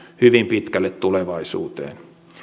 hyvin pitkälle tulevaisuuteen